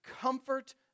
comfort